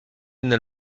nel